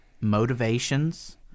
motivations